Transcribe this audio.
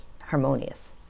harmonious